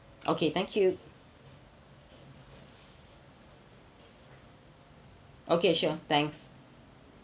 okay thank you okay sure thanks